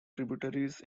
tributaries